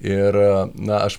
ir na aš